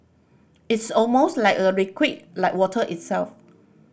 it's almost like a liquid like water itself